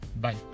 Bye